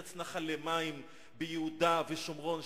ארץ נחלי מים ביהודה ושומרון,